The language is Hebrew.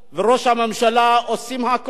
וראש הממשלה עושים הכול